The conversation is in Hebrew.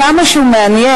כמה שהוא מעניין,